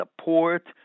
support